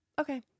okay